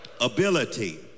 ability